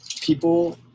People